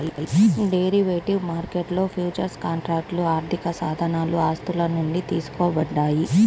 derivative మార్కెట్లో futures కాంట్రాక్ట్లు ఆర్థికసాధనాలు ఆస్తుల నుండి తీసుకోబడ్డాయి